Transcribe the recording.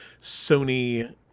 Sony